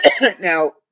Now